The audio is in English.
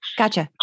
gotcha